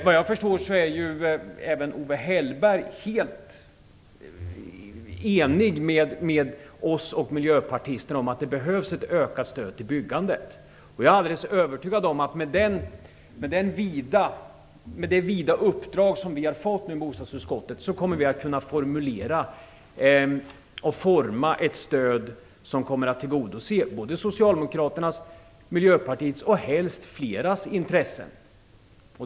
Vad jag förstår är även Owe Hellberg helt ense med oss och miljöpartisterna om att det behövs ett ökat stöd till byggandet. Jag är alldeles övertygad om att med det vida uppdrag som bostadsutskottet har fått kommer vi att kunna formulera och forma ett stöd som kommer att tillgodose både Socialdemokraternas, Miljöpartiets och helst fleras intressen.